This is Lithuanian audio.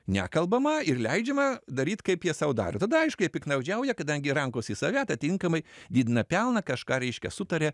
nekalbama ir leidžiama daryt kaip jie sau daro tada aišku jie piktnaudžiauja kadangi rankos į save tinkamai didina pelną kažką reiškia sutarė